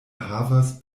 havas